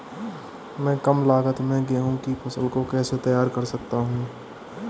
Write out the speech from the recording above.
मैं कम लागत में गेहूँ की फसल को कैसे तैयार कर सकता हूँ?